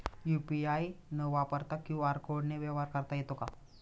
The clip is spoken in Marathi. यू.पी.आय न वापरता क्यू.आर कोडने व्यवहार करता येतो का?